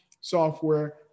software